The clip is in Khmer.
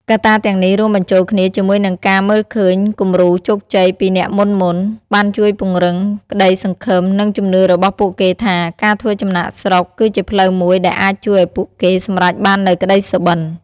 កត្តាទាំងនេះរួមបញ្ចូលគ្នាជាមួយនឹងការមើលឃើញគំរូជោគជ័យពីអ្នកមុនៗ បានជួយពង្រឹងក្តីសង្ឃឹម និងជំនឿរបស់ពួកគេថា ការធ្វើចំណាកស្រុកគឺជាផ្លូវមួយដែលអាចជួយឱ្យពួកគេសម្រេចបាននូវក្តីសុបិន។